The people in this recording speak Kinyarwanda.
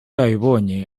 yabibonye